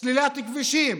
סלילת כבישים,